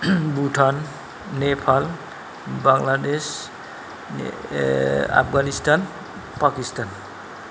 Bhutan Nepal Bangladesh Afghanistan Pakistan